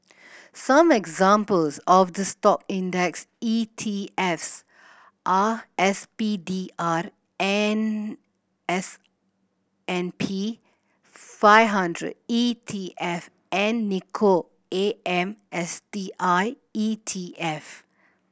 some examples of the Stock index E T Fs are S P D R and S and P five hundred E T F and Nikko A M S T I E T F